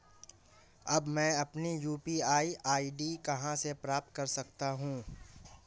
अब मैं अपनी यू.पी.आई आई.डी कहां से प्राप्त कर सकता हूं?